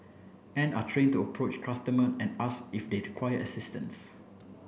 and are trained to approach customer and ask if they require assistance